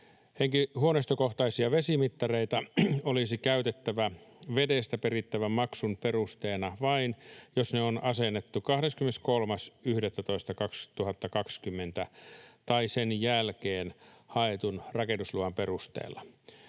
Huoneistokohtaisia vesimittareita olisi käytettävä vedestä perittävän maksun perusteena vain, jos ne on asennettu 23.11.2020 tai sen jälkeen haetun rakennusluvan perusteella.